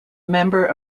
member